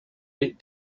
bit